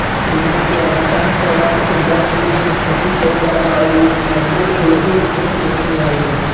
एईमे से अधिकांश शैवाल के जानबूझ के खेती कईल जाला अउरी इ माइक्रोएल्गे के श्रेणी में आवेला